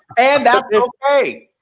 and that okay.